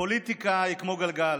הפוליטיקה היא כמו גלגל: